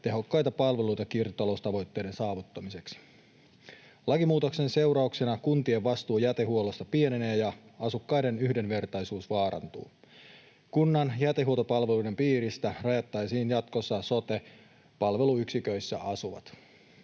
tehokkaita palveluita kiertotaloustavoitteiden saavuttamiseksi. Lakimuutoksen seurauksena kuntien vastuu jätehuollosta pienenee ja asukkaiden yhdenvertaisuus vaarantuu. Kunnan jätehuoltopalveluiden piiristä rajattaisiin jatkossa sote-palveluyksiköissä asuvat.